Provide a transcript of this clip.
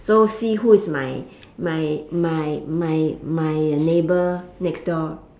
so see who is my my my my my neighbor next door